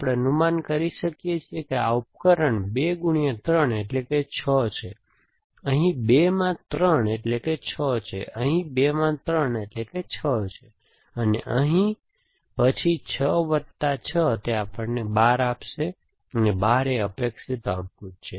આપણે અનુમાન કરી શકીએ છીએ કે આ ઉપકરણ 2 3 એટલેકે 6 છે અહીં 2 માં 3 એટલેકે 6 છે અહીં 2 માં 3 એટલેકે 6 છે અહીં અને પછી 6 વત્તા 6 તે આપણને 12 આપશે અને 12 અપેક્ષિત આઉટપુટ છે